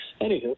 Anywho